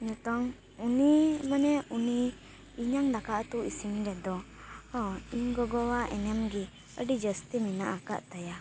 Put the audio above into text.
ᱱᱤᱛᱚᱝ ᱩᱱᱤ ᱢᱟᱱᱮ ᱩᱱᱤ ᱤᱧᱟᱹᱜ ᱫᱟᱠᱟ ᱩᱛᱩ ᱤᱥᱤᱱ ᱨᱮᱫᱚ ᱤᱧ ᱜᱚᱜᱚᱣᱟᱜ ᱮᱱᱮᱢ ᱜᱮ ᱟᱹᱰᱤ ᱡᱟᱹᱥᱛᱤ ᱢᱮᱱᱟᱜ ᱟᱠᱟᱫ ᱛᱟᱭᱟ